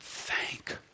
Thank